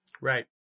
Right